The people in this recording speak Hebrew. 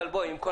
אבל עם כל